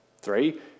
Three